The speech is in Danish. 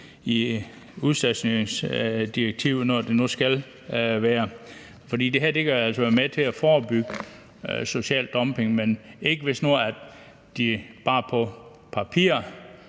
i udstationeringsdirektivet, når det nu skal være. Det her kan altså være med til at forebygge social dumping, men ikke, hvis de nu bare på papiret